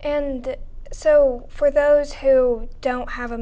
and so for those who don't have a